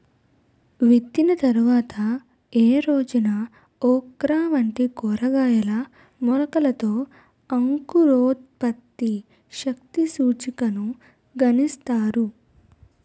విత్తిన తర్వాత ఏ రోజున ఓక్రా వంటి కూరగాయల మొలకలలో అంకురోత్పత్తి శక్తి సూచికను గణిస్తారు?